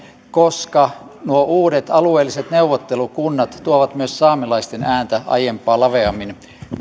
koska nuo uudet alueelliset neuvottelukunnat tuovat myös saamelaisten ääntä aiempaa laveammin